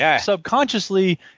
subconsciously